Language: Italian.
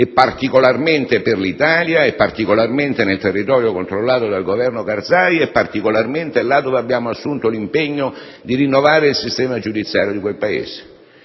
particolarmente per l'Italia, particolarmente nel territorio controllato dal Governo Karzai e particolarmente perché abbiamo assunto l'impegno di rinnovare il sistema giudiziario di quel Paese.